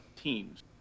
teams